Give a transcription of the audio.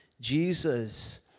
Jesus